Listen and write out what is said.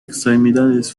extremidades